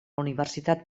universitat